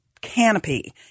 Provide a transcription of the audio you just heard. canopy